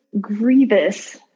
grievous